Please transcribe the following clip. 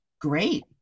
Great